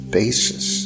basis